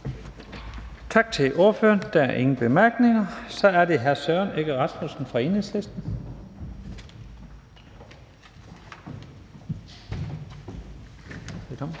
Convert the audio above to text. Tak til ordføreren. Der er ingen korte bemærkninger. Så er det hr. Søren Egge Rasmussen fra Enhedslisten.